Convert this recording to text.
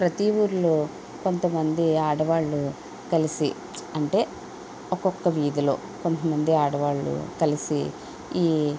ప్రతి ఊరిలో కొంతమంది ఆడవాళ్ళు కలిసి అంటే ఒక్కొక్క వీధిలో కొంతమంది ఆడవాళ్ళు కలిసి ఈ